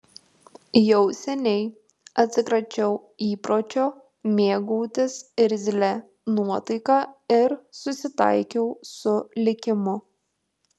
jau seniai atsikračiau įpročio mėgautis irzlia nuotaika ir susitaikiau su likimu